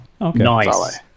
Nice